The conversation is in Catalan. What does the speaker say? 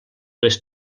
les